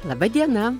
laba diena